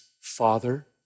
father